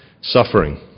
suffering